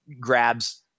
grabs